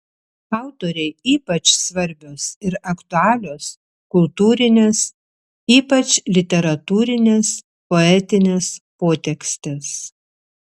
autorei ypač svarbios ir aktualios kultūrinės ypač literatūrinės poetinės potekstės